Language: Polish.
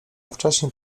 wcześniej